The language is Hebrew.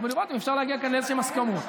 ולראות אם אפשר להגיע כאן לאיזשהן הסכמות.